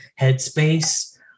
headspace